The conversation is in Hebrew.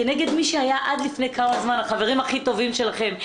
כנגד מי שהיו עד לפני כמה זמן החברים הכי טובים שלכם.